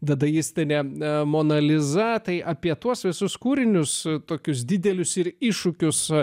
dadaistinė e mona liza tai apie tuos visus kūrinius tokius didelius ir iššūkius